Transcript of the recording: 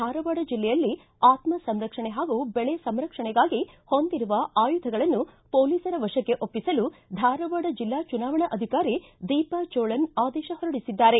ಧಾರವಾಡ ಜಿಲ್ಲೆಯಲ್ಲಿ ಆತ್ಮ ಸಂರಕ್ಷಣೆ ಹಾಗೂ ಬೆಳೆ ಸಂರಕ್ಷಣೆಗಾಗಿ ಹೊಂದಿರುವ ಆಯುಧಗಳನ್ನು ಮೊಲೀಸ್ರ ವಶಕ್ಕೆ ಒಪ್ಪಿಸಲು ಧಾರವಾಡ ಜಿಲ್ಲಾ ಚುನಾವಣಾ ಅಧಿಕಾರಿ ದೀಪಾ ಚೋಳನ್ ಆದೇಶ ಹೊರಡಿಸಿದ್ದಾರೆ